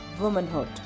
womanhood